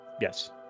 Yes